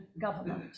government